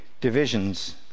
divisions